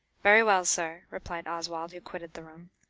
very well, sir, replied oswald, quitted the room.